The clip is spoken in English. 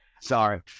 Sorry